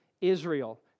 Israel